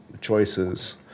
choices